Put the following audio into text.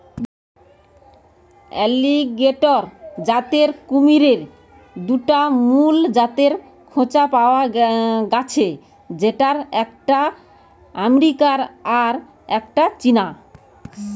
alligator জাতের কুমিরের দুটা মুল জাতের খোঁজ পায়া গ্যাছে যেটার একটা আমেরিকান আর একটা চীনা